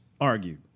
argued